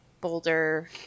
boulder